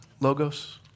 logos